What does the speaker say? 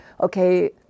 okay